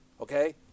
Okay